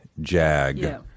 JAG